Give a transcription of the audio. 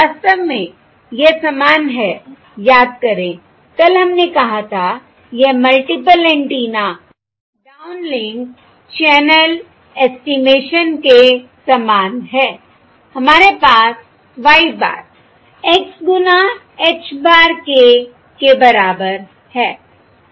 वास्तव में यह समान है याद करें कल हमने कहा था यह multiple antenna downlink channel estimation के समान है हमारे पास y bar x गुना H bar के बराबर है